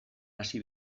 hasi